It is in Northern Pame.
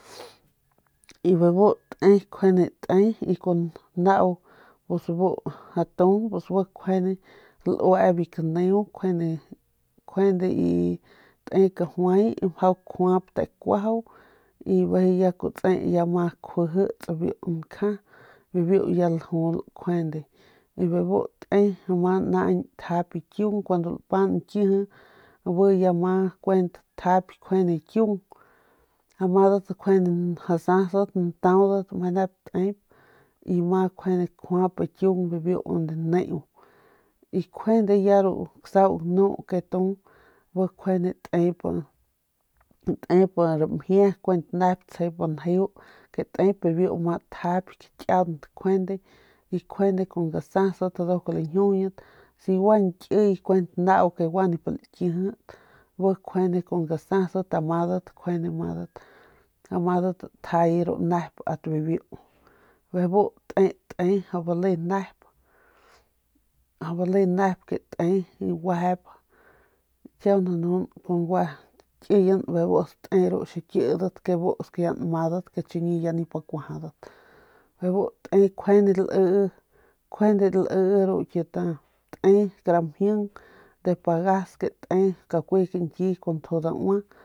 Y bebu te kjuande te kjuande nau bu tu bi nkjuande lue biu kaneu luee kajuay y mjau kjuap te kuaju y bijiy ya kutse ma kjujits biu nkja bibiu ya ljul kjuende y bijiy te kun pap nkiji kun ma tjayp kiung bi ya ma kuent tjayp kiung amadat asasat ntaudat meje nep te y ma kjuap kiung biu unde neu y kjuende ru ksau ganu ke tu bi kjuande tep ramjie njuande tsjep banjeu biu ma tjayp kakiaunt kjuande kun gasast nduk lañjiujuñit y si gua ñkiy ke gua nip lakijit bi kjuande kun gasat madat tjay ru nep ast bibiu mjing kun pagas kun kakui kañki kun ljiu daua kjuande de ru libat ru batudat